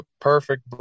perfect